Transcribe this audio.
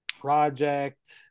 Project